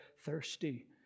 thirsty